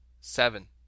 Seven